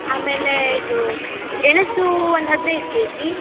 ಆಮೇಲೆ ಇದು ಗೆಣಸು ಒಂದು ಹದಿನೈದು ಕೆಜಿ